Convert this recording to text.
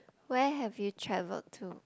where have you travelled to